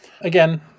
again